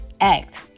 act